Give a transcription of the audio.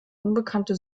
unbekannte